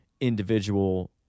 individual